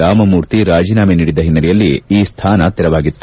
ರಾಮಮೂರ್ತಿ ರಾಜೀನಾಮೆ ನೀಡಿದ್ದ ಹಿನ್ನೆಲೆಯಲ್ಲಿ ಈ ಸ್ಥಾನ ತೆರವಾಗಿತ್ತು